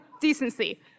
decency